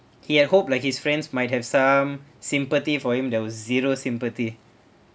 he had hoped like his friends might have some sympathy for him there was zero sympathy